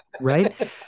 Right